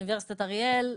אוניברסיטת אריאל,